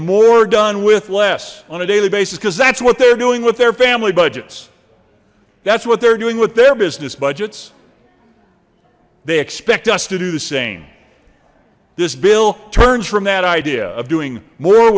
more done with less on a daily basis because that's what they're doing with their family budgets that's what they're doing with their business budgets they expect us to do the same this bill turns from that idea of doing more